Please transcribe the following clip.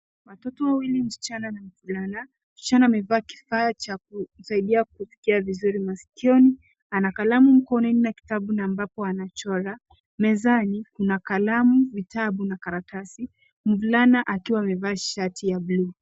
Watoto wawili, msichana na mvulana. Msichana amevaa kifaa cha kusaidia kuskia vizuri masikioni. Ana kalamu mkononi na kitabu na ambacho anachora. Mezani kuna kalamu, vitabu na karatasi. Mvulana akiwa amevaa shati ya bluu.